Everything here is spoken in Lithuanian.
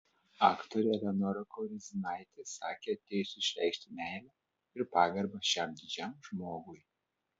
aktorė eleonora koriznaitė sakė atėjusi išreikšti meilę ir pagarbą šiam didžiam žmogui